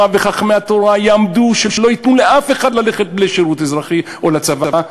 וחכמי התורה יעמדו ולא ייתנו לאף אחד ללכת לשירות אזרחי או לצבא.